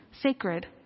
sacred